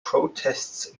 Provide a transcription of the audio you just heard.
protests